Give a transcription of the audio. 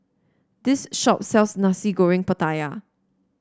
this shop sells Nasi Goreng Pattaya